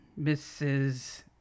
Mrs